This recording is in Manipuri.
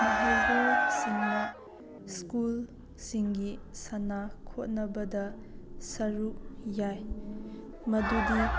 ꯃꯍꯩꯔꯣꯏ ꯁꯤꯡꯅ ꯁ꯭ꯀꯨꯜꯁꯤꯡꯒꯤ ꯁꯥꯟꯅ ꯈꯣꯠꯅꯕꯗ ꯁꯔꯨꯛ ꯌꯥꯏ ꯃꯗꯨꯗꯤ